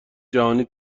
جهانی